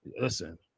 Listen